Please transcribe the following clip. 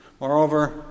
Moreover